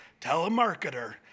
telemarketer